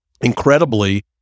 Incredibly